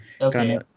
Okay